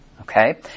Okay